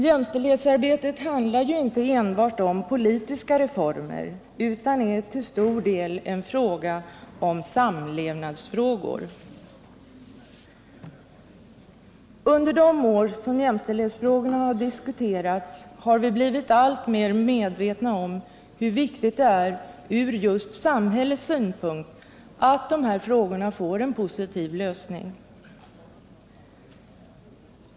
Jämställdhetsarbetet handlar ju inte enbart om politiska reformer, utan det gäller till stor del samlevnadsfrågor. Under de år som jämställdhetsfrågorna diskuterats har vi blivit alltmer medvetna om hur viktigt det är från just samhällets synpunkt att de här frågorna får en positiv lösning.